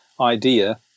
idea